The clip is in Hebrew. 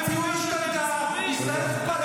מאות חיילים נפלו, אלפי ישראלים נמצאו.